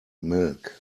milk